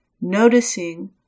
noticing